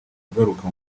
ugaruka